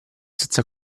senza